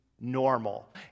normal